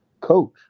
coach